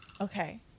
Okay